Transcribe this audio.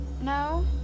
No